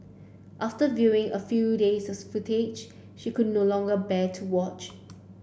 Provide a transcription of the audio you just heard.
after viewing a few days of footage she could no longer bear to watch